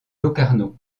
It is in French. locarno